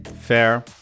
Fair